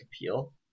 appeal